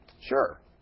Sure